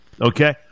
Okay